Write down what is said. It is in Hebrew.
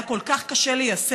היה כל כך קשה ליישם,